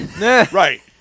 Right